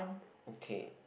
okay